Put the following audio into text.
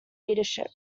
leadership